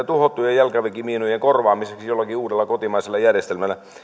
tuhottujen jalkaväkimiinojen korvaamiseksi jollakin uudella kotimaisella järjestelmällä